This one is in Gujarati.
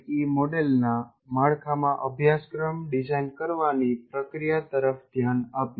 ઈ મોડેલના માળખામાં અભ્યાસક્રમ ડિઝાઇન કરવાની પ્રક્રિયા તરફ ધ્યાન આપ્યું